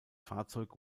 fahrzeug